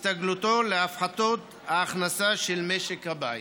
הסתגלות להפחתות ההכנסה של משק הבית.